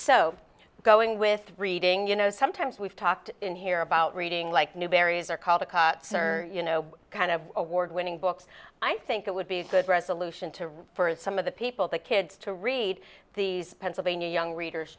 so going with reading you know sometimes we've talked in here about reading like new berries or call the cops or you know kind of award winning books i think it would be a good resolution to read for some of the people the kids to read the pennsylvania young readers